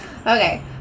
Okay